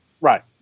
Right